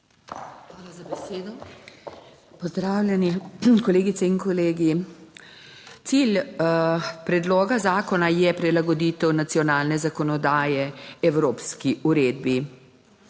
Hvala za besedo. Pozdravljeni kolegice in kolegi! Cilj predloga zakona je prilagoditev nacionalne zakonodaje evropski uredbi.